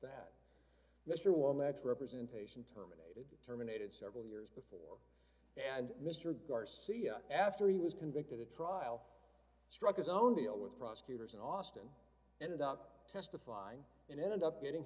womack's representation terminated terminated several years and mr garcia after he was convicted at trial struck his own deal with prosecutors and austin ended up testifying and ended up getting